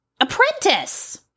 apprentice